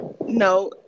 No